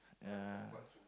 ya